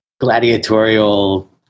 gladiatorial